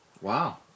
Wow